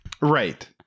Right